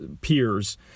peers